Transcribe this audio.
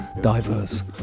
diverse